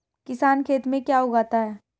किसान खेत में क्या क्या उगाता है?